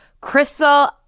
Crystal